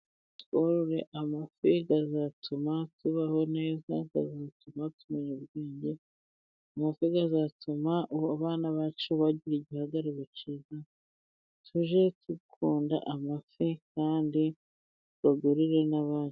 Tworore amafi azatuma tubaho neza, azatuma tumenya ubwenge, amafi azatuma abana bacu bagira igihagararo kizima. Tujye dukunda amafi kandi tuyagurire n'abandi.